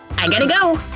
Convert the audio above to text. i gotta go!